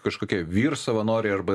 kažkokie vyr savanoriai arba